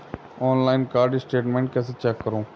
Online card statement कैसे check करें?